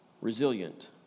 resilient